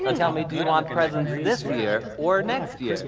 yeah maybe you want presents this year or next year.